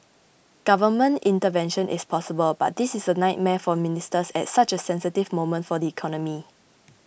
government intervention is possible but this is a nightmare for ministers at such a sensitive moment for the economy